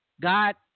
God